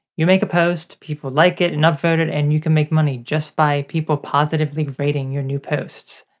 you make a post, people like it and upvote it, and you can make money just by people positively rating your new posts.